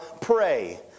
pray